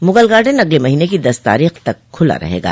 Mughal Garden अगले महीने की दस तारीख तक खुला रहेगा